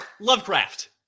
Lovecraft